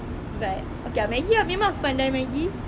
but okay ah Maggi ah memang aku pandai Maggi